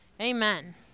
Amen